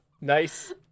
nice